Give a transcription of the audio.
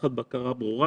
תחת בקרה ברורה,